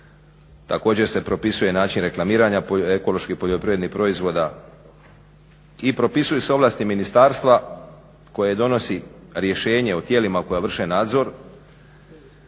Također se propisuje način reklamiranja ekoloških poljoprivrednih proizvoda i propisuju se ovlasti ministarstva koje donosi rješenje o tijelima koja vrše nadzor.